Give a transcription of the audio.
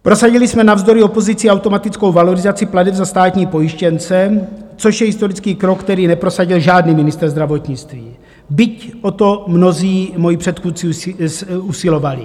Prosadili jsme navzdory opozici automatickou valorizaci plateb za státní pojištěnce, což je historický krok, který neprosadil žádný ministr zdravotnictví, byť o to mnozí moji předchůdci usilovali.